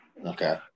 okay